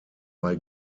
bei